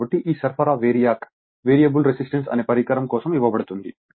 కాబట్టి ఈ సరఫరా VARIAC వేరియబుల్ రెసిస్టెన్స్ అనే పరికరం కోసం ఇవ్వబడుతుంది